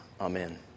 Amen